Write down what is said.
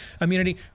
immunity